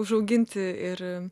užauginti ir